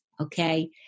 okay